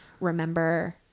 remember